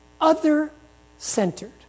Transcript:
other-centered